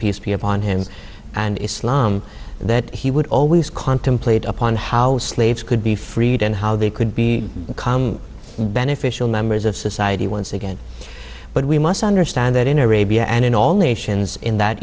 peace be upon him and islam that he would always contemplate upon how slaves could be freed and how they could be calm beneficial members of society once again but we must understand that in arabia and in all nations in that